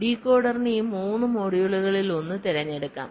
ഡീകോഡറിന് ഈ 3 മൊഡ്യൂളുകളിൽ ഒന്ന് തിരഞ്ഞെടുക്കാം